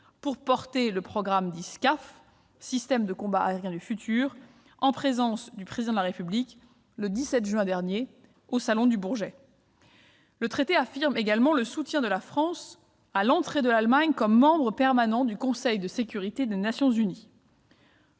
sur le programme de système de combat aérien du futur, ou SCAF, en présence du président de la République, le 17 juin dernier, au salon du Bourget. Le traité affirme également le soutien de la France à l'entrée de l'Allemagne au Conseil de sécurité des Nations unies